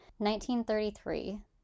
1933